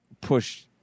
push